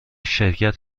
شرکت